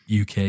UK